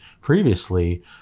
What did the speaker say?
previously